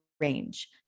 range